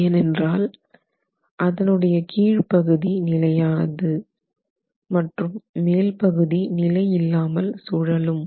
ஏனென்றால் அதனுடைய கீழ்ப்பகுதி நிலையானது மற்றும் மேல் பகுதி நிலைஇல்லாமல் சுழலும்